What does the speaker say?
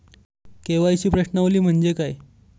KYC प्रश्नावली म्हणजे काय?